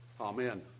Amen